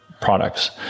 products